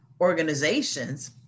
organizations